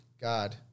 God